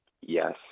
Yes